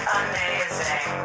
amazing